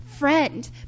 friend